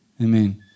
Amen